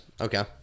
Okay